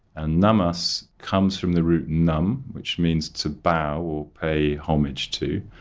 and namas comes from the root nam, which means to bow or pay homage to.